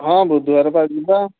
ହଁ ବୁଧବାର ପା ଯିବା